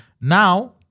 Now